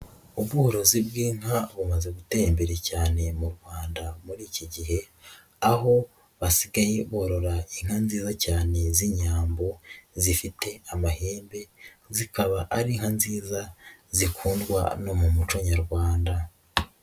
Ubworozi bw'inka bumaze gtera imbere cyane mu rwanda muri iki gihe, aho basigaye borora inka nziza cyane z'inyambo zifite amahembe, zikaba arika nziza zikundwa no mu muco nyarwanda.